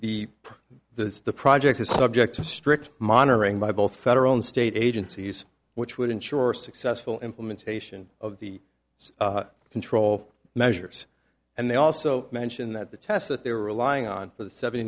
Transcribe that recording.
the the the project is subject to strict monitoring by both federal and state agencies which would ensure a successful implementation of the control measures and they also mentioned that the test that they were relying on for the seventy